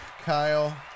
Kyle